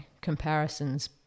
comparisons